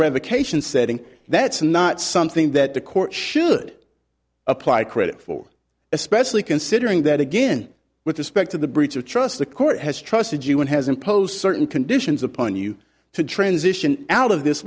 revocation setting that's not something that the court should apply credit for especially considering that again with respect to the breach of trust the court has trusted you and has imposed certain conditions upon you to transition out of this